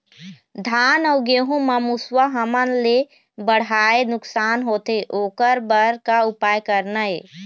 धान अउ गेहूं म मुसवा हमन ले बड़हाए नुकसान होथे ओकर बर का उपाय करना ये?